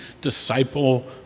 disciple